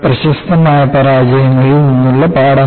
പ്രശസ്തമായ പരാജയങ്ങളിൽ നിന്നുള്ള പാഠങ്ങൾ